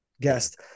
guest